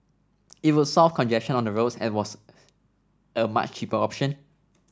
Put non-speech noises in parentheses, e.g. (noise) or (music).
it would solve congestion on the roads and was (hesitation) a much cheaper option